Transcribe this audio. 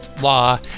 law